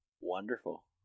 Wonderful